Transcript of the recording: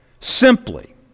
simply